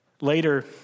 Later